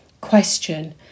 question